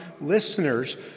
listeners